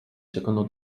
secondo